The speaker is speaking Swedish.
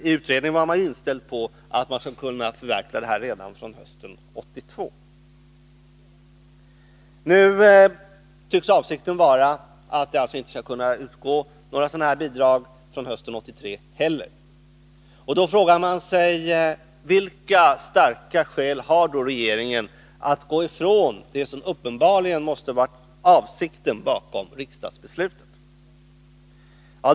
I utredningen var man ju inställd på att förverkliga detta önskemål redan hösten 1982. Nu tycks avsikten vara att några bidrag av det här slaget inte heller skall utgå fr.o.m. hösten 1983. Då frågar man sig: Vilka starka skäl har regeringen för att gå ifrån det som uppenbarligen måste ha varit avsikten med riksdagsbeslutet?